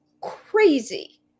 crazy